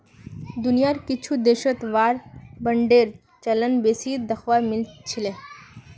दुनियार कुछु देशत वार बांडेर चलन बेसी दखवा मिल छिले